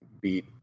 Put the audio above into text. beat